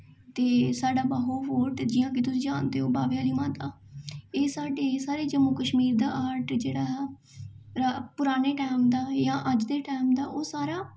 ते साढ़ा बहु फोर्ट जि'यां कि तुस जानदे ओह् बाह्वे आह्ली माता एह् साढ़े जम्मू कशमीर दा ऑर्ट जेह्ड़ा पराने टैम दा जां अज्ज दे टैम दा ओह् सारा